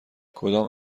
کدام